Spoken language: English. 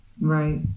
right